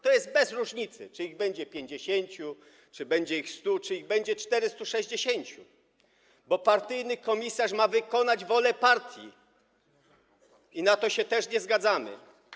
To jest bez różnicy, czy ich będzie 50, czy ich będzie 100, czy ich będzie 460, bo partyjny komisarz ma wykonać wolę partii i na to też się nie zgadzamy.